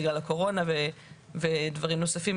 בגלל הקורונה ודברים נוספים,